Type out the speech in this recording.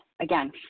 Again